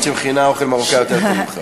למרות זה היא מכינה אוכל מרוקאי יותר טוב ממך.